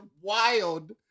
wild